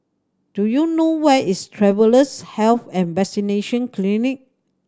do you know where is Travellers' Health and Vaccination Clinic